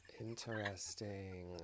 Interesting